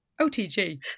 OTG